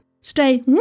Stay